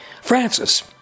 Francis